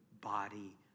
body